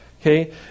okay